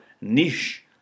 niche